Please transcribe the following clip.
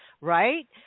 Right